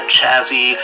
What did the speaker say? Chazzy